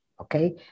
okay